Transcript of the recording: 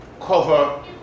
cover